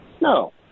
No